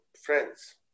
friends